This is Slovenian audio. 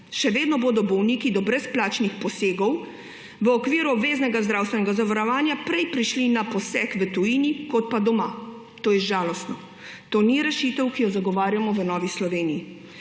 še vedno bodo bolniki do brezplačnih posegov v okviru obveznega zdravstvenega zavarovanja prej prišli na poseg v tujini kot pa doma. To je žalostno. To ni rešitev, ki jo zagovarjamo v Novi Sloveniji.